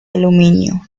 aluminio